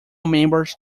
members